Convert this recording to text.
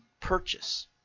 purchase